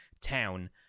town